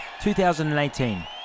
2018